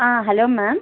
ah hello ma'am